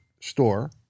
store